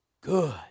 good